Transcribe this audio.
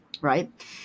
right